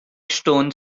stone